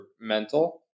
mental